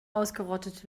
ausgerottet